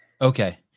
Okay